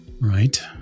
Right